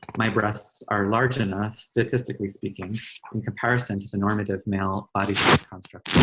my breasts are large enough statistically speaking in comparison to the normative male body construct